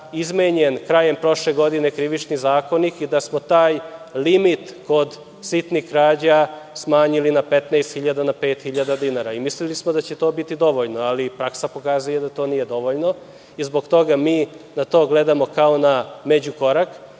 izmenjen, krajem prošle godine Krivični zakonik i da smo taj limit kod sitnih krađa smanjili na 15.000 na 5.000 dinara. Mislili smo da će to biti dovoljno, ali praksa pokazuje da to nije dovoljno. Zbog toga mi na to gledamo kao na međukorak